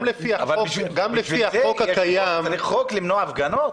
צריך חוק בשביל למנוע הפגנות?